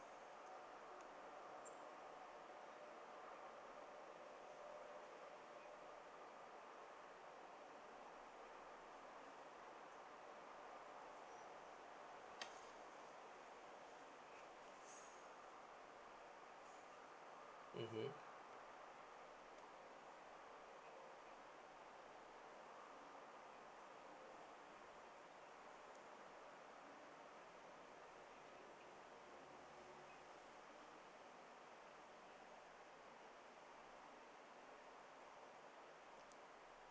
mmhmm